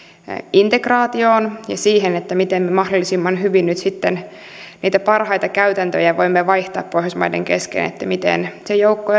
integraatioon ja siihen miten me mahdollisimman hyvin nyt sitten niitä parhaita käytäntöjä voimme vaihtaa pohjoismaiden kesken miten se joukko